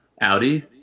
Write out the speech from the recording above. Audi